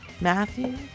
Matthew